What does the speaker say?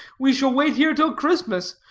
we shall wait here till christmas.